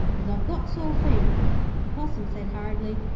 as i've got sore feet the possum said hurriedly,